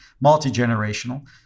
multi-generational